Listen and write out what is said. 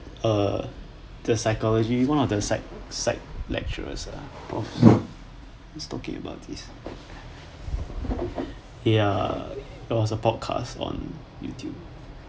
err the psychology one of the side side lecturers of zone is talking about this ya it was a podcast on youtube